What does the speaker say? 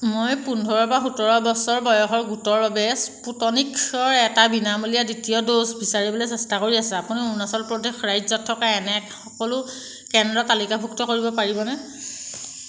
মই পোন্ধৰৰ পৰা সোতৰ বছৰ বয়সৰ গোটৰ বাবে স্পুটনিকছৰ এটা বিনামূলীয়া দ্বিতীয় ড'জ বিচাৰিবলৈ চেষ্টা কৰি আছোঁ আপুনি অৰুণাচল প্ৰদেশ ৰাজ্যত থকা এনে সকলো কেন্দ্ৰ তালিকাভুক্ত কৰিব পাৰিবনে